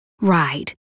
Ride